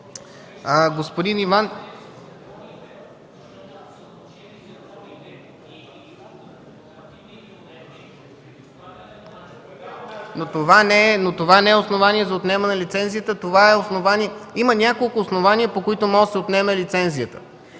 Това не е основание за отнемане на лицензиите. Има няколко основания, по които може да се отнеме лиценз.